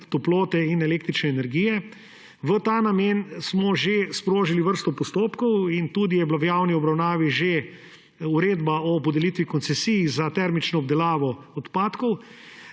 toplote in električne energije. V ta namen smo že sprožili vrsto postopkov in je bila v javni obravnavi tudi že uredba o podelitvi koncesij za termično obdelavo odpadkov.